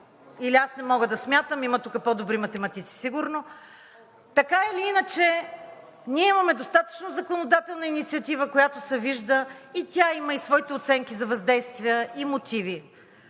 или аз не мога да смятам, има тук по-добри математици сигурно. Така или иначе ние имаме достатъчно законодателна инициатива, която се вижда, и тя има своите оценки за въздействия и мотиви.